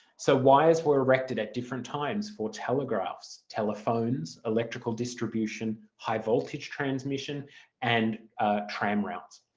so wires were erected at different times for telegraphs, telephones, electrical distribution, high-voltage transmission and tram rounds.